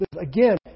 again